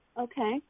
okay